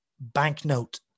banknote